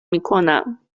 میکنم